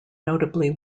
notably